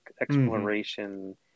exploration